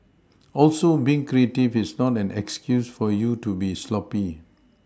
also being creative is not an excuse for you to be sloppy